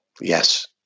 Yes